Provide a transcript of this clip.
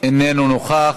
איננו נוכח,